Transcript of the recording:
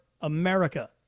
America